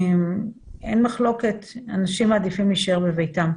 אין מחלוקת, אנשים מעדיפים להישאר בביתם,